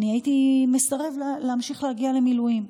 הייתי מסרב להמשיך להגיע למילואים.